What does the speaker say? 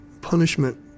punishment